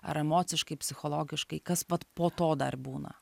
ar emociškai psichologiškai kas vat po to dar būna